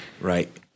right